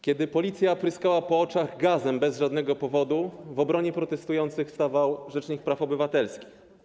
Kiedy policja pryskała po oczach gazem bez żadnego powodu, w obronie protestujących stawał rzecznik praw obywatelskich.